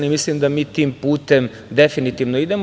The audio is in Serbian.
Mislim da mi tim putem definitivno idemo.